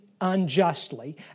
unjustly